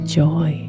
joy